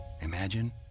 imagine